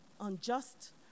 unjust